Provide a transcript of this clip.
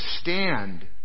stand